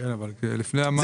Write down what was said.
וגם על חניה.